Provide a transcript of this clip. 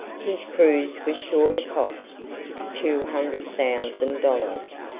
his cruise was sure to cost two hundred thousand dollars,